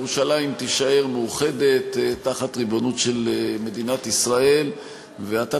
ירושלים תישאר מאוחדת תחת ריבונות מדינת ישראל ואתה